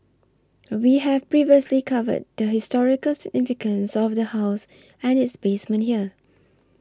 we have previously covered the historical significance of the house and its basement here